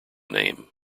name